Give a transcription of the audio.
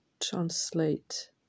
translate